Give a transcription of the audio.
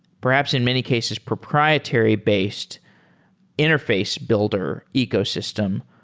perhaps in many cases proprietary-based interface builder ecosystem,